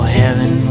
heaven